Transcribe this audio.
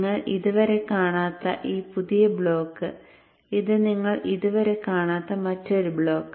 നിങ്ങൾ ഇതുവരെ കാണാത്ത ഈ പുതിയ ബ്ലോക്ക് ഇത് നിങ്ങൾ ഇതുവരെ കാണാത്ത മറ്റൊരു ബ്ലോക്ക്